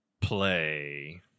play